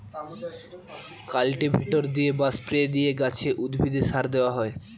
cultivator দিয়ে বা spray দিয়ে গাছে, উদ্ভিদে সার দেওয়া হয়